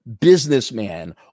businessman